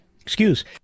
excuse